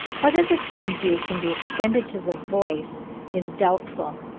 whether the same view can be extended to the voice is doubtful,